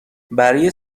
برای